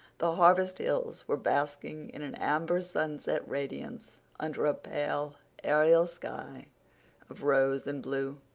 the harvest hills were basking in an amber sunset radiance, under a pale, aerial sky of rose and blue.